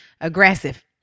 aggressive